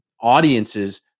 audiences